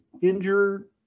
injured